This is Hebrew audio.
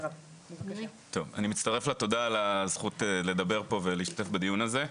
אני מצטרף לתודה על הזכות לדבר פה ולהשתתף בדיון הזה.